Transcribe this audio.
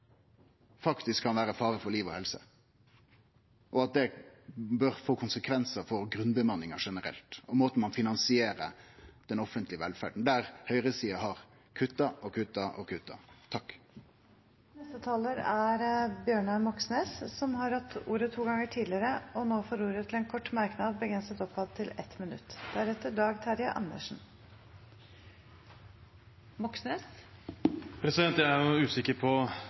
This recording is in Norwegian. faktisk kan vere ei fare for liv og helse, og at det bør få konsekvensar for grunnbemanninga generelt og måten ein finansierer den offentlege velferda på – der høgresida har kutta og kutta og kutta. Representanten Bjørnar Moxnes har hatt ordet to ganger tidligere og får ordet til en kort merknad, begrenset til 1 minutt. Jeg er usikker på hvor glad Arbeiderpartiet blir for omfavnelsen fra Fremskrittspartiet, men det er